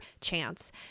chance